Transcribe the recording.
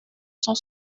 cent